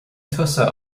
tusa